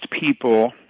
people